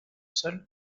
seul